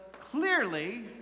clearly